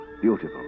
beautiful